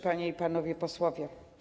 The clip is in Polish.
Panie i Panowie Posłowie!